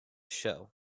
show